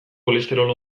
kolesterol